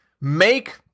Make